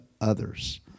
others